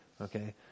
okay